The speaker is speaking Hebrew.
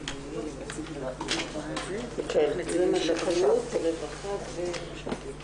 וניהלתי עליו דיונים יותר מפעם אחת כשהייתי יו"ר